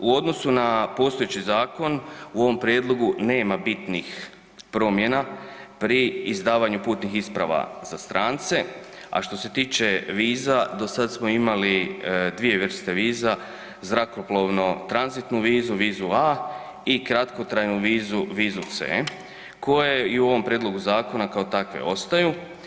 U odnosu na postojeći zakon u ovom prijedlogu nema bitnih promjena pri izdavanju putnih isprava za strance, a što se tiče viza, do sad smo imali dvije vrste viza, zrakoplovno tranzitnu vizu, vizu A i kratkotrajnu vizu, vizu C koje i u ovom prijedlogu zakona kao takve ostaju.